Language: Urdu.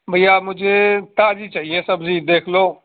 بھیا مجھے تازی چاہئیں سبزی دیکھ لو